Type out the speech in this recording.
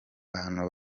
bantu